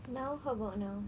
now how about now